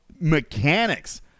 mechanics